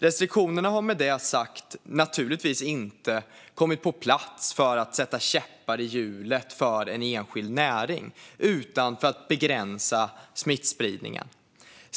Restriktionerna har med detta sagt naturligtvis inte kommit på plats för att sätta käppar i hjulet för en enskild näring utan för att begränsa smittspridningen.